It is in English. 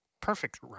perfect